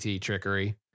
trickery